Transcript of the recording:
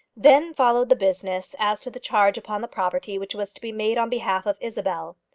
then followed the business as to the charge upon the property which was to be made on behalf of isabel.